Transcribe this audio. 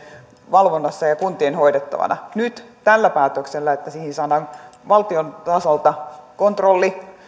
valvonnassa ja ja kuntien hoidettavana nyt tällä päätöksellä että siihen saadaan valtion tasolta kontrolli